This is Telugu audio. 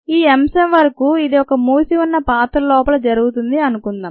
ఈ అంశం వరకు ఇది ఒక మూసి ఉన్న పాత్ర లోపల జరుగుతుంది అనుకుందాం